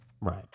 right